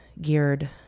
geared